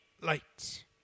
light